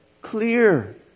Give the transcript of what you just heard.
Clear